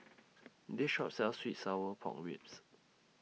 This Shop sells Sweet and Sour Pork Ribs